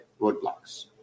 roadblocks